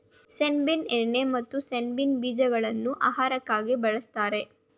ಸೆಣಬಿನ ಎಣ್ಣೆ ಮತ್ತು ಸೆಣಬಿನ ಬೀಜಗಳನ್ನು ಆಹಾರಕ್ಕಾಗಿ ಬಳ್ಸತ್ತರೆ